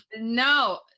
No